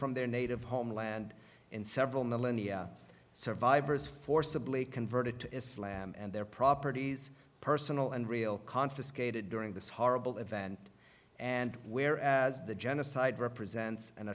from their native homeland and several millenia survivors forcibly converted to islam and their properties personal and real confiscated during this horrible event and where as the genocide represents an